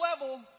level